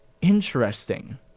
interesting